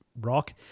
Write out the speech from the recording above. rock